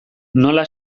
nola